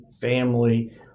family